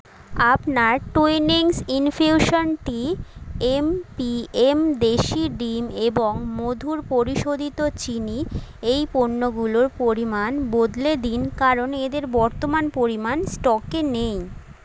আপনার Twinings infusion tea M P M দেশি ডিম এবং মধুর পরিশোধিত চিনি এই পণ্যগুলোর পরিমাণ বদলে দিন কারণ এদের বর্তমান পরিমাণ স্টকে নেই